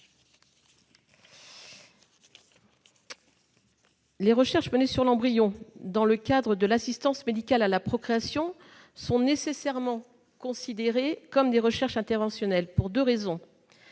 les recherches menées sur l'embryon dans le cadre de l'assistance médicale à la procréation sont nécessairement considérées comme des recherches interventionnelles, et ce pour deux raisons.